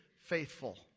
faithful